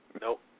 Nope